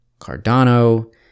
Cardano